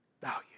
value